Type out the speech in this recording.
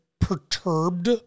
Perturbed